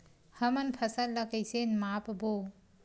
हमन फसल ला कइसे माप बो?